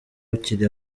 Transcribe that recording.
bakiri